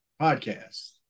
podcast